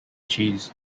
cheese